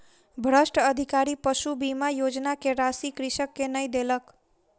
भ्रष्ट अधिकारी पशु बीमा योजना के राशि कृषक के नै देलक